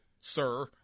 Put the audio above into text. sir